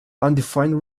undefined